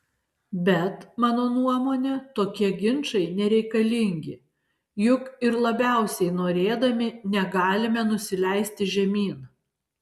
bet mano nuomone tokie ginčai nereikalingi juk ir labiausiai norėdami negalime nusileisti žemyn